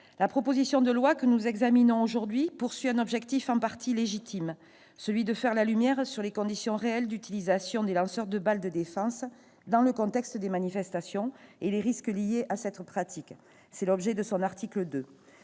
la proposition de loi que nous examinons aujourd'hui poursuit un objectif en partie légitime, celui de faire la lumière sur les conditions réelles d'utilisation des lanceurs de balles de défense dans le contexte des manifestations et les risques liés à cette pratique. Tel est l'objet de son article 2.